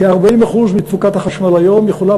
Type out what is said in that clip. כ-40% מתפוקת החשמל היום יכולה,